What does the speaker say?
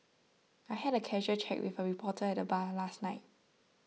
I had a casual chat with a reporter at the bar last night